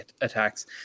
attacks